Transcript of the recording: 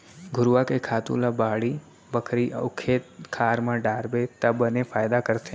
घुरूवा के खातू ल बाड़ी बखरी अउ खेत खार म डारबे त बने फायदा करथे